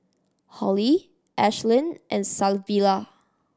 Hollie Ashlyn and Savilla